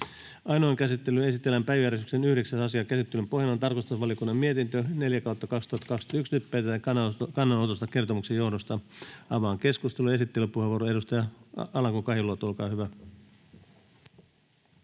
Ainoaan käsittelyyn esitellään päiväjärjestyksen 8. asia. Käsittelyn pohjana on tarkastusvaliokunnan mietintö TrVM 3/2021 vp. Nyt päätetään kannanotosta kertomuksen johdosta. — Avaan keskustelun. Esittelypuheenvuoro, edustaja Alanko-Kahiluoto, olkaa hyvä.